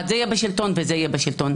זה יהיה בשלטון ויום אחד זה יהיה בשלטון.